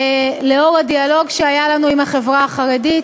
לאור הדיאלוג שהיה לנו עם החברה החרדית,